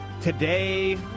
Today